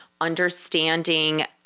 understanding